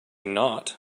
not